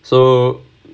so